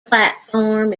platform